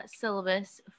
syllabus